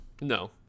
No